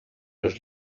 los